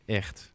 echt